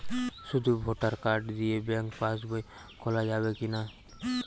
শুধু voter card দিয়ে bank pass বই খোলা যাবে কিনা?